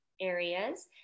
areas